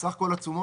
סך כל התשומות,